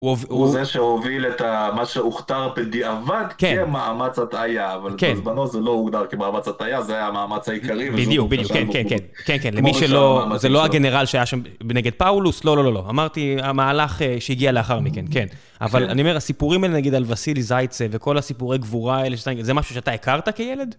הוא זה שהוביל את מה שהוכתר בדיעבד כמאמץ התעייה, אבל בזמנו זה לא הוגדר כמאמץ התעייה, זה היה המאמץ העיקרי. בדיוק, בדיוק, כן, כן, כן, למי שלא, זה לא הגנרל שהיה שם נגד פאולוס, לא, לא, לא, לא, אמרתי, המהלך שהגיע לאחר מכן, כן. אבל אני אומר, הסיפורים האלה נגיד על וסילי זייצי וכל הסיפורי גבורה האלה, זה משהו שאתה הכרת כילד?